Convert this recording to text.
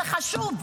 זה חשוב,